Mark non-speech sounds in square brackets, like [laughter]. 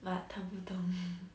but 他不懂 [laughs]